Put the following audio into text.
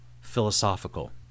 philosophical